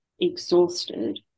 exhausted